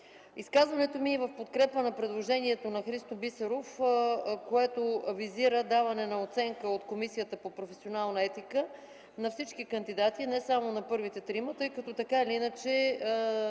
Изказването ми е в подкрепа на предложението на Христо Бисеров, което визира даване на оценка от Комисията по професионална етика на всички кандидати, не само на първите трима, тъй като така или иначе